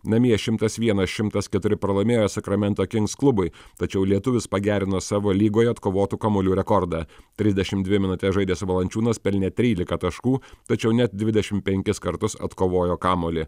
namie šimtas vienas šimtas keturi pralaimėjo sakramento kings klubui tačiau lietuvis pagerino savo lygoje atkovotų kamuolių rekordą trisdešimt dvi minutes žaidęs valančiūnas pelnė trylika taškų tačiau net dvidešim penkis kartus atkovojo kamuolį